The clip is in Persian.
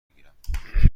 میگیرم